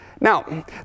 Now